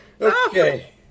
Okay